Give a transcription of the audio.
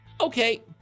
Okay